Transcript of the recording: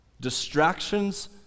Distractions